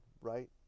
right